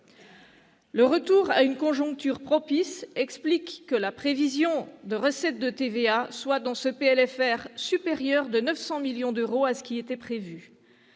Le retour à une conjoncture propice explique que, dans ce texte, la prévision de recettes de TVA soit supérieure de 900 millions d'euros à ce qui était prévu.